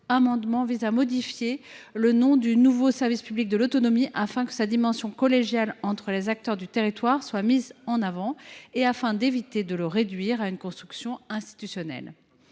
amendement vise à modifier le nom du nouveau service public départemental de l’autonomie, afin que sa dimension collégiale entre les acteurs du territoire soit mise en avant et afin d’éviter de le réduire à une construction institutionnelle.